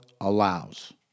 allows